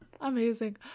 amazing